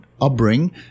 upbringing